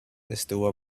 estuvo